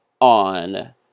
on